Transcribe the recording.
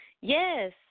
Yes